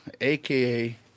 aka